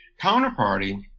Counterparty